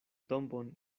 tombon